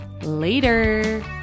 Later